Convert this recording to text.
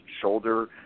shoulder